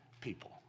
people